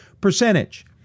percentage